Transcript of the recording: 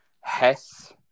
Hess